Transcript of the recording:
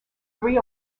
three